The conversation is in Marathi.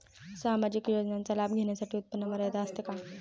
सामाजिक योजनांचा लाभ घेण्यासाठी उत्पन्न मर्यादा असते का?